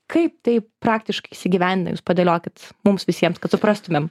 kaip tai praktiškai įsigyvendina jūs padėliokit mums visiems kad suprastumėm